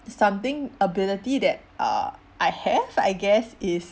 something ability that uh I have I guess is